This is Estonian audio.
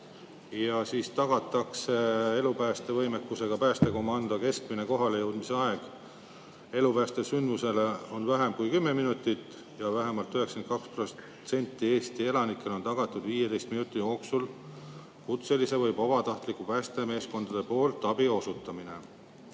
[…]. Tagatakse, et elupäästevõimekusega päästekomando keskmine kohalejõudmise aeg elupäästvale sündmusele on vähem kui 10 minutit ja vähemalt 92% Eesti elanikele on tagatud 15 minuti jooksul kutseliste või vabatahtlike päästemeeskondade poolt abi osutamine."